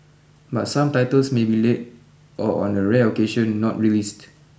but some titles may be late or on a rare occasion not released